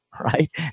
right